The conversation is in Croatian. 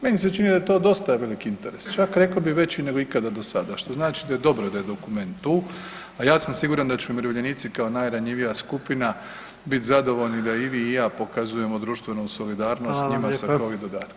Meni se čini da je to dosta veliki interes, čak reko bi veći nego ikada do sada, što znači da je dobro da je dokument tu, a ja sam siguran da će umirovljenici kao najranjivija skupina bit zadovoljni da i vi i ja pokazujemo društvenu solidarnost njima sa covid dodatkom.